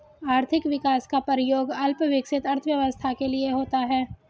आर्थिक विकास का प्रयोग अल्प विकसित अर्थव्यवस्था के लिए होता है